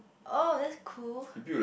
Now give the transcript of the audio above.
oh that's cool